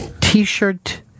t-shirt